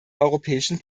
europäischen